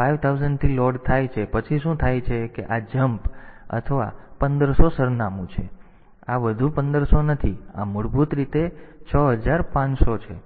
5000 થી લોડ થાય છે પછી શું થાય છે કે આ જમ્પ અથવા તેથી આ 1500 સરનામું છે તેથી આ વધુ 1500 નથી આ મૂળભૂત રીતે 6500 છે